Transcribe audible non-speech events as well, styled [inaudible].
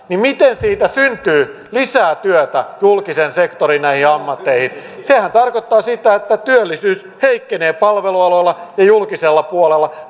niin miten siitä syntyy lisää työtä näihin julkisen sektorin ammatteihin sehän tarkoittaa sitä että työllisyys heikkenee palvelualoilla ja julkisella puolella [unintelligible]